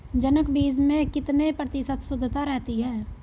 जनक बीज में कितने प्रतिशत शुद्धता रहती है?